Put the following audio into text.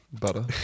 Butter